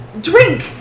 drink